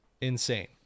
Insane